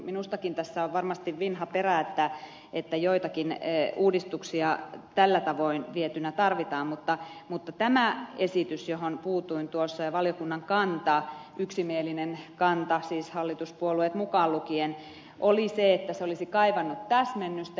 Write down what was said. minustakin tässä on varmasti vinha perä että joitakin uudistuksia tällä tavoin vietyinä tarvitaan mutta tämä esitys johon puutuin ja valiokunnan yksimielinen kanta siis hallituspuolueet mukaan lukien oli se että se olisi kaivannut täsmennystä